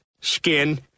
Skin